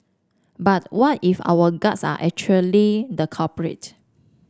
but what if our guts are actually the culprit